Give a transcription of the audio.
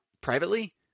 privately